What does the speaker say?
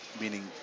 meaning